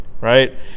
right